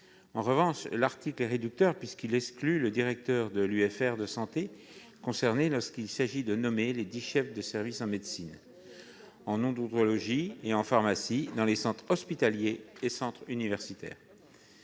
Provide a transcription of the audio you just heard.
En revanche, il est réducteur en ce qu'il exclut le directeur de l'UFR de santé concernée lorsqu'il s'agit de nommer lesdits chefs de service en médecine, en odontologie et en pharmacie dans les centres hospitaliers et universitaires.